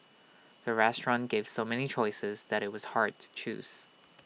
the restaurant gave so many choices that IT was hard to choose